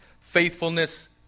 faithfulness